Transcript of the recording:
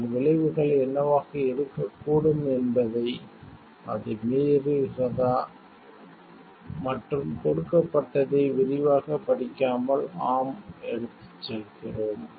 அதன் விளைவுகள் என்னவாக இருக்கக்கூடும் என்பதை அது மீறுகிறதா மற்றும் கொடுக்கப்பட்டதை விரிவாகப் படிக்காமல் ஆம் எடுத்துச் செல்கிறோம்